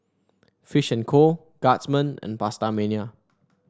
Fish and Co Guardsman and PastaMania